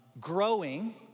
growing